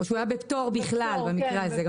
או שהוא היה בפטור בכלל במקרה הזה,